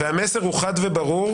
והמסר הוא חד וברור,